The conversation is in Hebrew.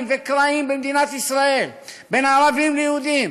וקרעים במדינת ישראל בין ערבים ליהודים,